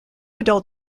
adult